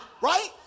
Right